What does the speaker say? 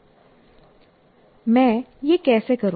मैं यह कैसे करु